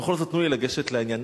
ובכל זאת, תנו לי לגשת לעניין.